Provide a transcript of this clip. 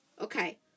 Okay